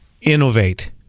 innovate